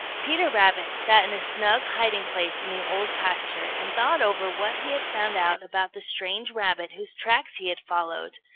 peter rabbit sat in a snug hiding-place in the old pasture and thought over what he had found out about the strange rabbit whose tracks he had followed.